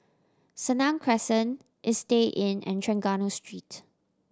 Senang Crescent Istay Inn and Trengganu Street